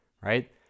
right